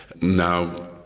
Now